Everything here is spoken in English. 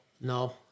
No